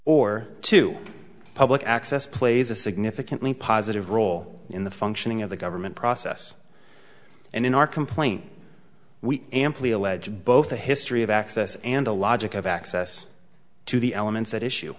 or to public access plays a significantly positive role in the functioning of the government process and in our complaint we amply allege both a history of access and a logic of access to the elements that issue